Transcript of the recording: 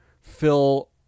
fill